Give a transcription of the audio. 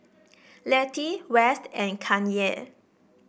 Letty West and Kanye